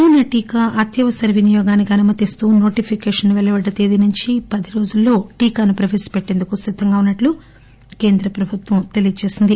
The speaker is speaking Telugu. కరోనా టీకా అత్యవసర వినియోగానికి అనుమతి ఇస్తూ నోటిఫికేషన్ పెలువడ్డ తేదీనుంచి పదిరోజుల్లో కరోనా టీకా ప్రపేశపెట్టేందుకు సిద్దంగా ఉన్నట్లు కేంద్ర ప్రభుత్వం తెలియచేసింది